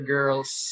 Girls